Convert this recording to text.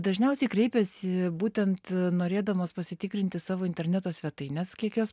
dažniausiai kreipiasi būtent norėdamos pasitikrinti savo interneto svetaines kiek jos